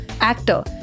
actor